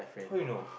how you know